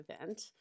event